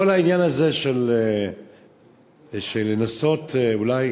כל העניין הזה של לנסות אולי